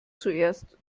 zuerst